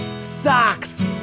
Socks